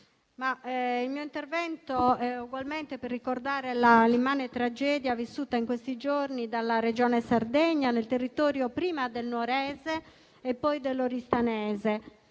intervengo per ricordare l'immane tragedia vissuta in questi giorni dalla Regione Sardegna nel territorio prima del nuorese e poi dell'oristanese.